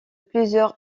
plusieurs